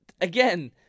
again